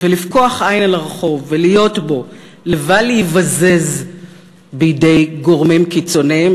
ולפקוח עין על הרחוב ולהיות בו לבל ייבזז בידי גורמים קיצוניים,